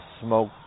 smoke